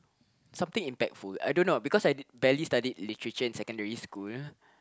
something impactful I don't know because I did barely studied Literature in secondary school